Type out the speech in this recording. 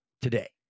today